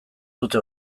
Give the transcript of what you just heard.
dute